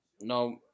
No